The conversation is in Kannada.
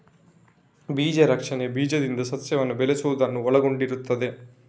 ಬೀಜ ರಕ್ಷಣೆ ಬೀಜದಿಂದ ಸಸ್ಯವನ್ನು ಬೆಳೆಸುವುದನ್ನು ಒಳಗೊಂಡಿರುತ್ತದೆ